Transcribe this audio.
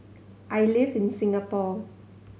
I live in Singapore